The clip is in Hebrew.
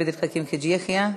עבד אל חכים חאג' יחיא,